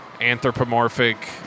anthropomorphic